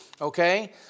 Okay